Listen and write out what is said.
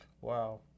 wow